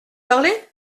parler